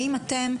האם אתם,